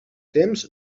temps